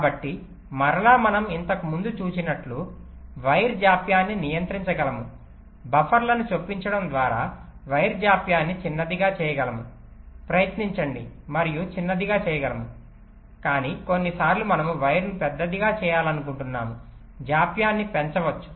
కాబట్టి మరలా మనం ఇంతకు ముందు చూచినట్లు వైర్ జాప్యాన్ని నియంత్రించగలము బఫర్లను చొప్పించడం ద్వారా వైర్ జాప్యాన్ని చిన్నదిగా చేయగలము ప్రయత్నించండి మరియు చిన్నదిగా చేయగలము కానీ కొన్నిసార్లు మనము వైర్ను పెద్దగా చేయాలనుకుంటున్నాము జాప్యాన్ని పెంచవచ్చు